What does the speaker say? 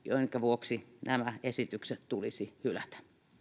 joiden vuoksi nämä esitykset tulisi hylätä